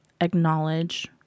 acknowledge